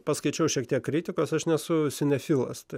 paskaičiau šiek tiek kritikos aš nesu sinefilas